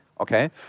okay